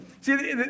See